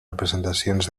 representacions